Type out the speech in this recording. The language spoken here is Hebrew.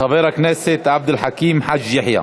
חבר הכנסת עבד אל חכים חאג' יחיא.